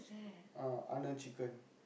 uh Arnold chicken